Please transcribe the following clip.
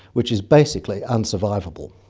which is basically unsurvivable.